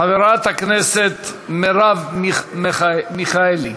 חברת הכנסת מרב מיכאלי,